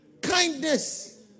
kindness